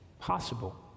possible